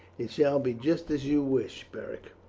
it shall be just as you wish, beric.